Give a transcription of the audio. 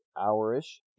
hour-ish